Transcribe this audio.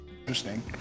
interesting